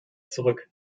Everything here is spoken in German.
zurück